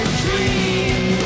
dream